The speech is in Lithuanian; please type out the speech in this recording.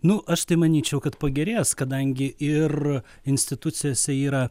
nu aš manyčiau kad pagerės kadangi ir institucijose yra